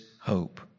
hope